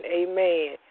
amen